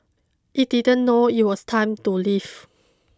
it didn't know it was time to leave